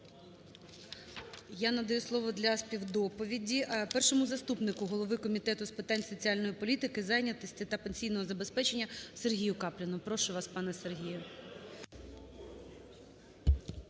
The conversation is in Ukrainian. я надаю слово для співдоповіді першому заступнику голови Комітету з питань соціальної політики, зайнятості та пенсійного забезпечення Сергію Капліну. Прошу вас, пане Сергію.